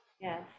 Yes